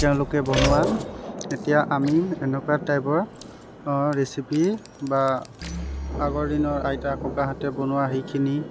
তেওঁলোকে বনোৱা এতিয়া আমি এনেকুৱা টাইপৰ ৰেচিপি বা আগৰ দিনৰ আইতা ককাহঁতে বনোৱা সেইখিনি